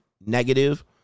negative